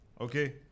Okay